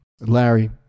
Larry